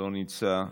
לא נמצא,